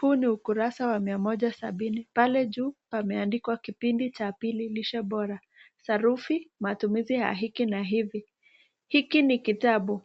Huu ni ukurasa wa mia moja sabani pale juu pameandikwa kipindi cha pili Kisha bora sarufi matumishi hiki na hivi hiki ni kitabu